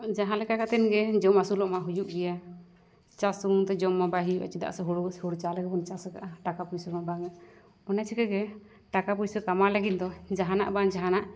ᱡᱟᱦᱟᱸᱞᱮᱠᱟ ᱠᱟᱛᱮᱫᱼᱜᱮ ᱡᱚᱢ ᱟᱹᱥᱩᱞᱚᱜᱼᱢᱟ ᱦᱩᱭᱩᱜ ᱜᱮᱭᱟ ᱪᱟᱥ ᱥᱩᱢᱩᱝᱼᱛᱮ ᱡᱚᱢᱢᱟ ᱵᱟᱭ ᱦᱩᱭᱩᱜᱼᱟ ᱪᱮᱫᱟᱜ ᱥᱮ ᱦᱩᱲᱩ ᱪᱟᱣᱞᱮ ᱜᱮᱵᱚᱱ ᱪᱟᱥ ᱟᱠᱟᱜᱼᱟ ᱴᱟᱠᱟ ᱯᱚᱭᱥᱟᱢᱟ ᱵᱟᱝᱼᱟ ᱚᱱᱟ ᱪᱤᱠᱟᱹᱜᱮ ᱴᱟᱠᱟ ᱯᱩᱭᱥᱟᱹ ᱠᱟᱢᱟᱣ ᱞᱟᱹᱜᱤᱫ ᱫᱚ ᱡᱟᱦᱟᱱᱟᱜ ᱵᱟᱝ ᱡᱟᱦᱟᱱᱟᱜ